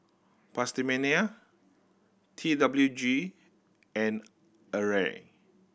PastaMania T W G and Arai